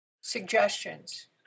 Suggestions